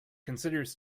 considers